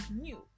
new